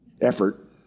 effort